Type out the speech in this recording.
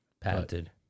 Patented